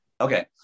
Okay